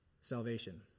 salvation